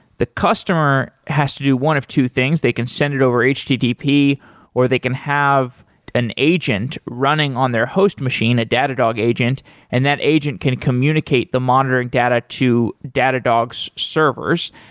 the customer has to do one of two things. they can send it over http, or they can have an agent running on their host machine, a datadog, agent and that agent can communicate the monitoring data to datadog's servers.